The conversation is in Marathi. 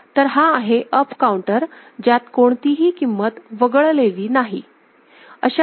तर हा आहे अपकाउंटर ज्यात कोणतीही किंमत वगळलेली नाही